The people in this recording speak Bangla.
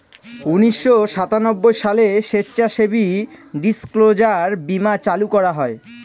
উনিশশো সাতানব্বই সালে স্বেচ্ছাসেবী ডিসক্লোজার বীমা চালু করা হয়